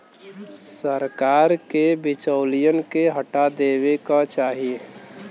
सरकार के बिचौलियन के हटा देवे क चाही